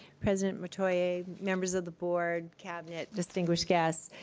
president metoyer, members of the board, cabinet, distinguished guests.